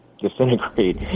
disintegrate